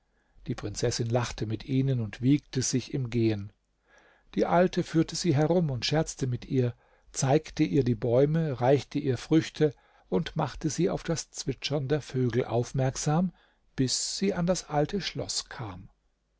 die prinzessin lachte mit ihnen und wiegte sich im gehen die alte führte sie herum und scherzte mit ihr zeigte ihr die bäume reichte ihr früchte und machte sie auf das zwitschern der vögel aufmerksam bis sie an das alte schloß kam